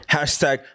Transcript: Hashtag